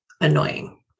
annoying